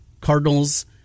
Cardinals